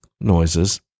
...noises